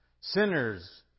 Sinners